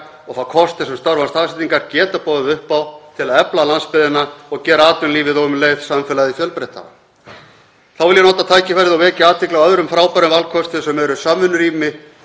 og þá kosti sem störf án staðsetningar geta boðið upp á til að efla landsbyggðina og gera atvinnulífið og um leið samfélagið fjölbreyttara. Þá vil ég nota tækifærið og vekja athygli á öðrum frábærum valkosti sem eru samvinnurými